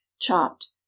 chopped